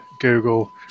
Google